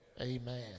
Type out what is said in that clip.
Amen